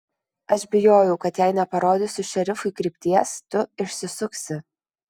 aš bijojau kad jei neparodysiu šerifui krypties tu išsisuksi